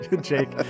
Jake